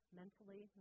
mentally